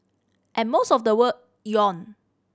and most of the world yawn